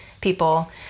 people